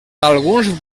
alguns